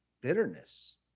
Bitterness